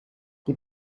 die